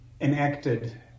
enacted